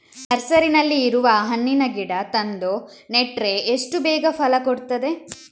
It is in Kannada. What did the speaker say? ನರ್ಸರಿನಲ್ಲಿ ಇರುವ ಹಣ್ಣಿನ ಗಿಡ ತಂದು ನೆಟ್ರೆ ಎಷ್ಟು ಬೇಗ ಫಲ ಕೊಡ್ತದೆ